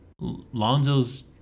Lonzo's